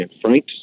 frank